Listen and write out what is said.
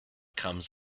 comes